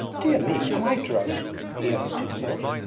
dear me, am i drunk he asked himself.